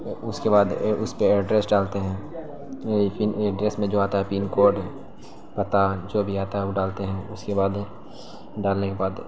اس کے بعد اس پہ ایڈریس ڈالتے ہیں ایڈریس میں جو آتا ہے پنکوڈ پتہ جو بھی آتا ہے وہ ڈالتے ہیں اس کے بعد ڈالنے کے بعد